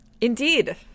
Indeed